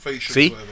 see